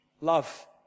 love